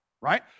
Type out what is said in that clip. right